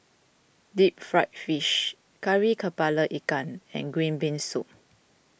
Deep Fried Fish Kari Kepala Ikan and Green Bean Soup